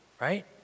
right